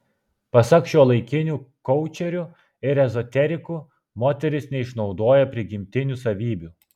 pasak šiuolaikinių koučerių ir ezoterikų moteris neišnaudoja prigimtinių savybių